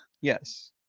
yes